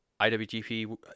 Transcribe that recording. IWGP